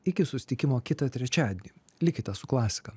iki susitikimo kitą trečiadienį likite su klasika